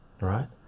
Right